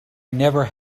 never